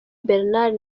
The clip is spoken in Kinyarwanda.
bernard